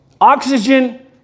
oxygen